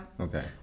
Okay